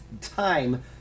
time